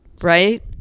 right